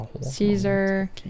Caesar